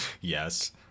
Yes